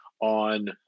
on